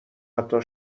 حتی